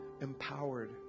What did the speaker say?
empowered